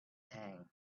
tank